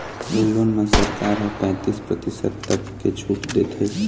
ए loan म सरकार ह पैतीस परतिसत तक के छूट देथे